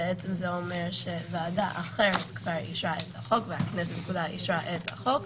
בעצם זה אומר שוועדה אחרת כבר אישרה את החוק והכנסת כבר אישרה את החוק,